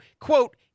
quote